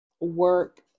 work